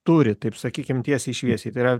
turi taip sakykim tiesiai šviesiai tai yra